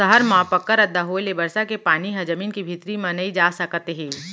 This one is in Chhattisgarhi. सहर म पक्का रद्दा होए ले बरसा के पानी ह जमीन के भीतरी म नइ जा सकत हे